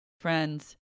friends